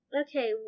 Okay